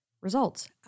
results